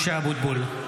(קורא בשמות חברי הכנסת) משה אבוטבול,